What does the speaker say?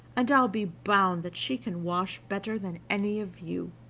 and i'll be bound that she can wash better than any of you!